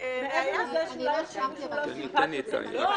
אין יתרון לתובע בשאלת הנזק.